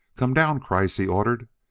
come down, kreiss! he ordered.